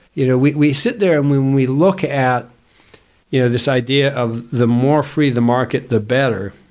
you know we we sit there and we we look at you know this idea of the more free the market the better.